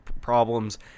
problems